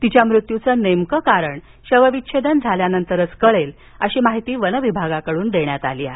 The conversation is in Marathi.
तिच्या मृत्यूचे नेमके कारण शवविच्छेदन झाल्यानंतरच कळेल अशी माहिती वनविभागाकडून देण्यात आली आहे